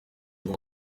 ngo